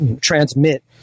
transmit